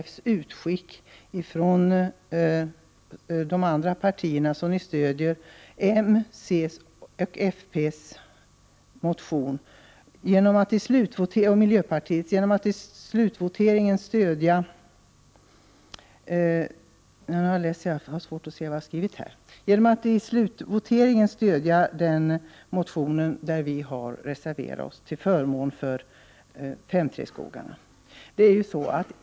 Visa er trohet mot SNF:s enkät genom att i slutvoteringen stödja reservation 31 till förmån för 5:3-skogarna.